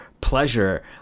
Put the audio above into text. pleasure